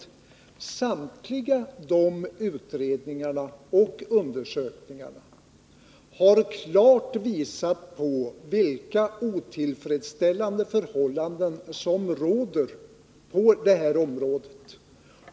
Samtliga de utredningarna och undersökningarna har klart visat vilka otillfredsställande förhållanden som råder på det här området.